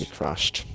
crashed